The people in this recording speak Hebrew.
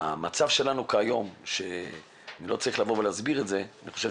המצב שלנו כיום ואני לא צריך לבוא ולהסביר את זה אני חושב